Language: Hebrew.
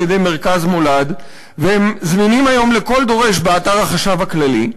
על-ידי מרכז "מולד" והם זמינים היום לכל דורש באתר החשב הכללי,